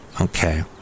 Okay